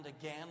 again